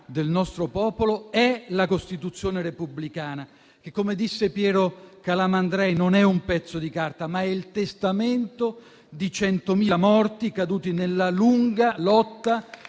del nostro popolo è la Costituzione repubblicana che - come disse Piero Calamandrei - non è un pezzo di carta, ma il testamento di 100.000 morti caduti nella lunga lotta